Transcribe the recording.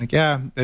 like yeah. ah